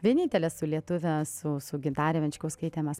vienintelės su lietuve su su gintare venčkauskaite mes